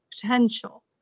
potential